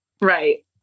Right